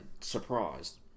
surprised